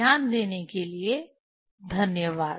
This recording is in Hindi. ध्यान देने के लिए धन्यवाद